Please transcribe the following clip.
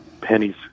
pennies